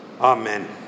Amen